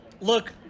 Look